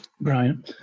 Brian